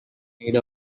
made